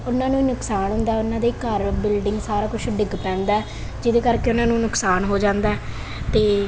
ਉਹਨਾਂ ਨੂੰ ਨੁਕਸਾਨ ਹੁੰਦਾ ਉਹਨਾਂ ਦੇ ਘਰ ਬਿਲਡਿੰਗ ਸਾਰਾ ਕੁਛ ਡਿੱਗ ਪੈਂਦਾ ਜਿਹਦੇ ਕਰਕੇ ਉਹਨਾਂ ਨੂੰ ਨੁਕਸਾਨ ਹੋ ਜਾਂਦਾ ਤੇ